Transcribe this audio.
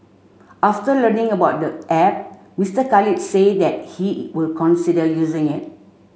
after learning about the app Mister Khalid say that he will consider using it